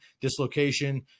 dislocation